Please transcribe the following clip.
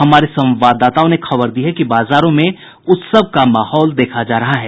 हमारे संवाददाताओं ने खबर दी है कि बाजारों में उत्सव का माहौल देखा जा रहा है